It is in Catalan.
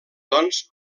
doncs